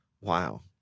Wow